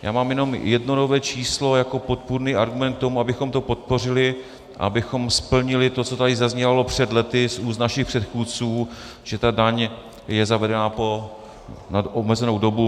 Já mám jenom jedno nové číslo jako podpůrný argument k tomu, abychom to podpořili a abychom splnili to, co tady zaznělo před lety z úst našich předchůdců, že ta daň je zavedena na omezenou dobu.